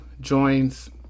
joins